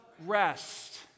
rest